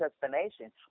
destination